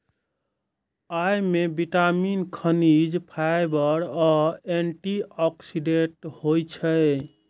अय मे विटामिन, खनिज, फाइबर आ एंटी ऑक्सीडेंट होइ छै